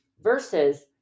versus